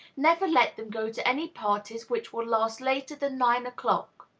never let them go to any parties which will last later than nine o'clock.